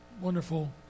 wonderful